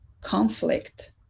conflict